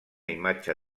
imatge